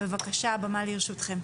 בבקשה הבמה לרשותכם.